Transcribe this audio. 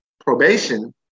probation